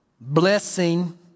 Blessing